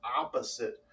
opposite